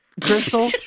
crystal